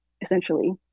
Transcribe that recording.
essentially